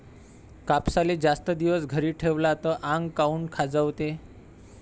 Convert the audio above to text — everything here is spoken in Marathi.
कापसाले जास्त दिवस घरी ठेवला त आंग काऊन खाजवते?